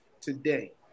today